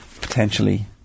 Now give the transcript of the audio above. potentially